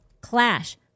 clash